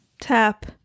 Tap